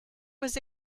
was